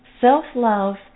self-love